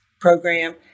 program